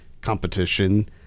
competition